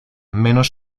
menos